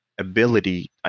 Ability